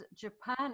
japan